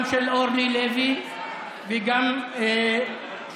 גם של אורלי לוי וגם שלי,